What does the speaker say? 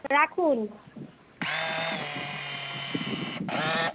রাখুন